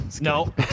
No